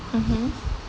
mmhmm